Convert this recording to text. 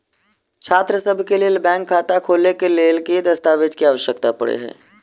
छात्रसभ केँ लेल बैंक खाता खोले केँ लेल केँ दस्तावेज केँ आवश्यकता पड़े हय?